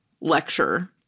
lecture